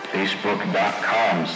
Facebook.com